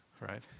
right